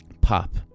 pop